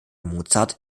mozart